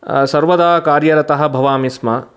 सर्वदा कार्यरतः भवामि स्म